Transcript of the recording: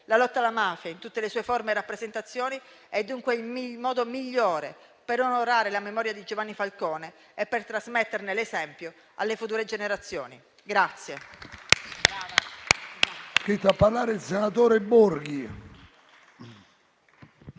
La lotta alla mafia, in tutte le sue forme e rappresentazioni, è dunque il modo migliore per onorare la memoria di Giovanni Falcone e per trasmetterne l'esempio alle future generazioni.